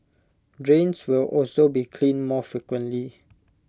drains will also be cleaned more frequently